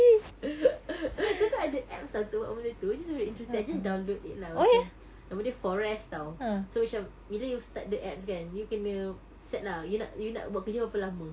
tapi ada apps [tau] untuk buat benda tu which is very interesting I just download it lah macam nama dia forest [tau] so macam bila you start the apps kan you kena set lah you nak you nak buat kerja berapa lama